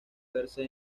verse